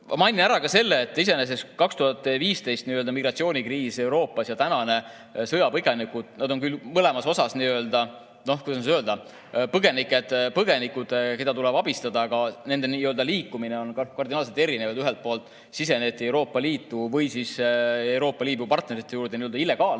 vaates. Mainin ära ka selle, et iseenesest 2015 migratsioonikriis Euroopas ja praegune sõjapõgenike kriis – siin on küll mõlemal juhul põgenikud, keda tuleb abistada, aga nende liikumine on kardinaalselt erinev. Ühel juhul siseneti Euroopa Liitu või Euroopa Liidu partnerite juurde illegaalselt